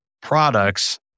products